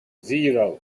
zero